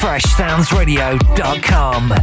FreshSoundsRadio.com